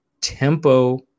tempo